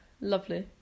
lovely